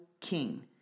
king